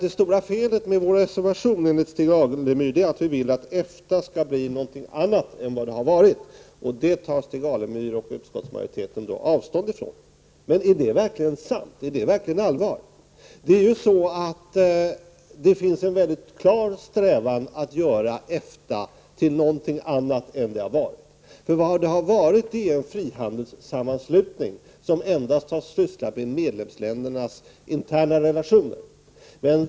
Det stora felet med vår reservation enligt Stig Alemyr är nämligen att centern vill att EFTA skall bli något annat än det har varit. Det tar Stig Alemyr och den övriga utskottsmajoriteten avstånd från. Men är det verkligen sant, och är det verkligen allvar? Det finns en väldigt klar strävan att göra EFTA till någonting annat än vad det har varit. Det har varit en frihandelssammanslutning som endast har sysslat med medlemsländernas interna relationer.